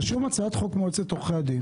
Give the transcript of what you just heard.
רשום "הצעת חוק מועצת עורכי הדין".